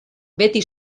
beti